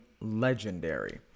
legendary